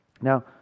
now